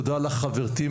תודה לחברתי,